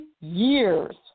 years